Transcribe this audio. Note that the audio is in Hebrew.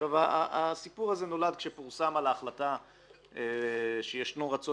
הסיפור הזה נולד כשפורסם על ההחלטה שישנו רצון